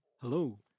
Hello